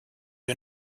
you